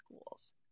schools